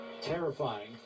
terrifying